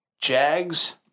Jags